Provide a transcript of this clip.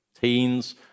teens